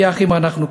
כי אחים אנחנו,